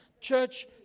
Church